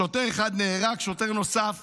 שוטר אחד נהרג, שוטר נוסף